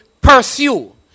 pursue